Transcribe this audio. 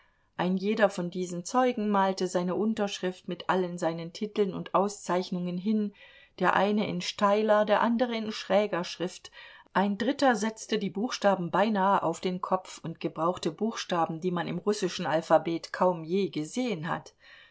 ein jeder von diesen zeugen malte seine unterschrift mit allen seinen titeln und auszeichnungen hin der eine in steiler der andere in schräger schrift ein dritter setzte die buchstaben beinahe auf den kopf und gebrauchte buchstaben die man im russischen alphabet kaum je gesehen hat